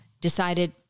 decided